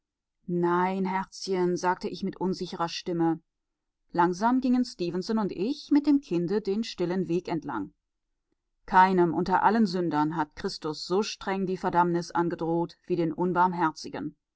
nein herzchen sagte ich mit unsicherer stimme langsam gingen stefenson und ich mit dem kinde den stillen weg entlang keinem unter allen sündern hat christus so streng die verdammnis angedroht wie den unbarmherzigen